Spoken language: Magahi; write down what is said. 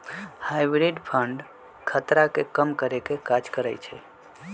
हाइब्रिड फंड खतरा के कम करेके काज करइ छइ